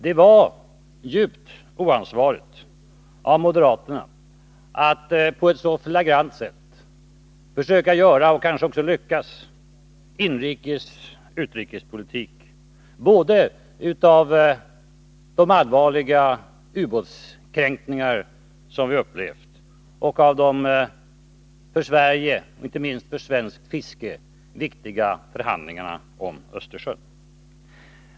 Det var djupt oansvarigt av moderaterna att på ett så flagrant sätt försöka — och kanske också lyckas — göra inrikes utrikespolitik både av de allvarliga ubåtskränkningar som vi har upplevt och av de för Sverige, inte minst för svenskt fiske, viktiga förhandlingarna om Östersjön.